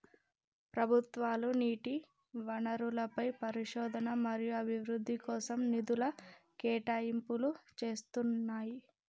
ప్రభుత్వాలు నీటి వనరులపై పరిశోధన మరియు అభివృద్ధి కోసం నిధుల కేటాయింపులు చేస్తున్నయ్యి